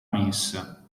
messa